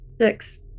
Six